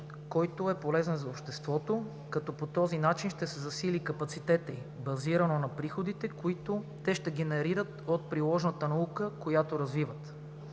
който е полезен за обществото, като по този начин ще се засили и капацитетът й, базирано на приходите, които те ще генерират от приложната наука, която развиват.